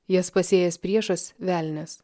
jas pasėjęs priešas velnias